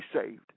saved